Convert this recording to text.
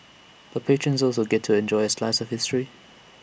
the patrons also get to enjoy A slice of history